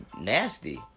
nasty